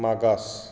मागास